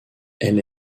elle